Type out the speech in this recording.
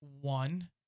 one